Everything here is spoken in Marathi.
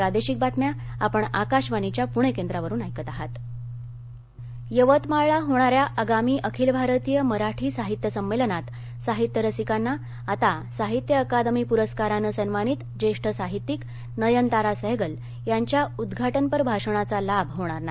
साहित्य संमेलन नयनतारा सहगल यवतमाळला होणार्यान आगामी अखिल भारतीय मराठी साहित्य संमेलनात साहित्य रसिकांना आता साहित्य अकादमी पुरस्कारानं सन्मानित ज्येष्ठ साहित्यिक नयनतारा सहगल यांच्या उद्घाटनपर भाषणाचा लाभ होणार नाही